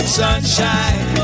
sunshine